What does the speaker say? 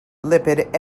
lipid